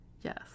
Yes